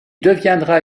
deviendra